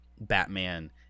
Batman